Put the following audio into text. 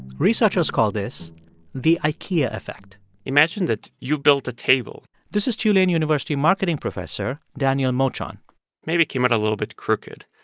researchers call this the ikea effect imagine that you built a table this is tulane university marketing professor daniel mochon maybe it came out a little bit crooked.